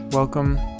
Welcome